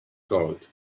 gold